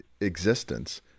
existence